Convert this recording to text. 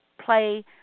play